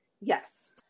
Yes